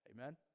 Amen